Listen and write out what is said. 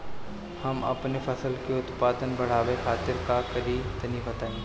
हम अपने फसल के उत्पादन बड़ावे खातिर का करी टनी बताई?